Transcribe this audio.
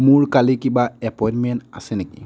মোৰ কালি কিবা এপ'ইণ্টমেণ্ট আছে নেকি